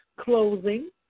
closing